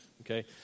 Okay